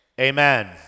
Amen